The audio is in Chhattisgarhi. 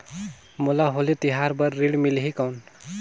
मोला होली तिहार बार ऋण मिलही कौन?